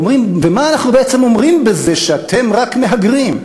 ואומרים: ומה אנחנו בעצם אומרים בזה שאתם רק מהגרים,